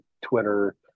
twitter